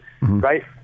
right